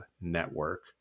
network